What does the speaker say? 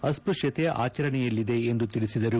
ಅಸ್ಪೃಶ್ಯತೆ ಆಚರಣೆಯಲ್ಲಿದೆ ಎಂದು ತಿಳಿಸಿದರು